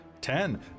Ten